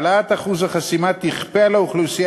העלאת אחוז החסימה תכפה על האוכלוסייה